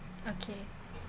okay